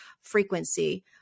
frequency